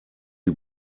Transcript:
die